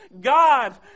God